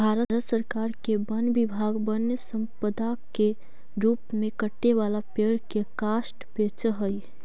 भारत सरकार के वन विभाग वन्यसम्पदा के रूप में कटे वाला पेड़ के काष्ठ बेचऽ हई